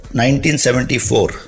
1974